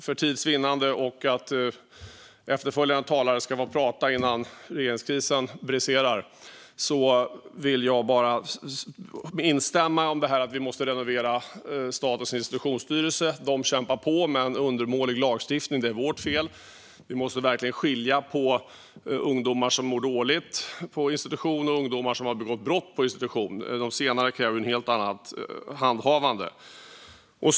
För att vinna tid och för att efterföljande talare ska få tala innan regeringskrisen briserar vill jag bara instämma i att vi måste renovera Statens institutionsstyrelse. De kämpar på med en undermålig lagstiftning. Det är vårt fel. Vi måste verkligen skilja på ungdomar på institution som mår dåligt och ungdomar på institution som har begått brott. De senare kräver ett helt annat handhavande.